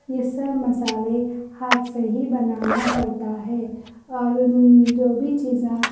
یہ سب مصالحے ہاتھ سے ہی بنانا پڑتا ہے اور جو بھی چیزیں